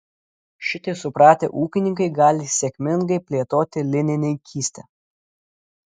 šitai supratę ūkininkai gali sėkmingai plėtoti linininkystę